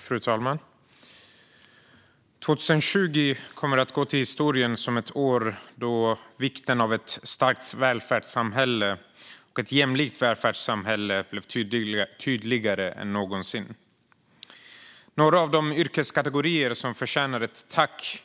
Fru talman! År 2020 kommer att gå till historien som ett år då vikten av ett starkt och jämlikt välfärdssamhälle blev tydligare än någonsin. Några av de yrkeskategorier som förtjänar ett tack